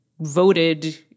voted